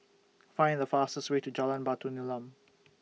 Find The fastest Way to Jalan Batu Nilam